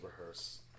rehearse